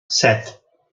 set